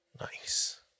Nice